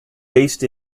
based